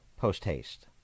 Post-haste